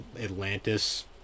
Atlantis